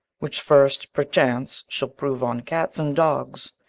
which first perchance she'll prove on cats and dogs,